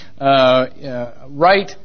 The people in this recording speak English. right